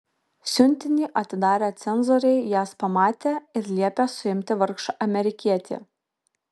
siuntinį atidarę cenzoriai jas pamatė ir liepė suimti vargšą amerikietį